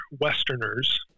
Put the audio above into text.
Westerners